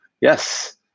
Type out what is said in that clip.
Yes